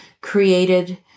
created